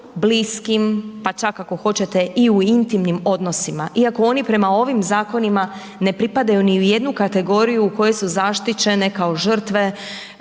bliskim pa čak ako hoćete i u intimnim odnosima iako oni prema ovim zakonima ne pripadaju ni u jednu kategoriju koje su zaštićene kao žrtve